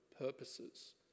purposes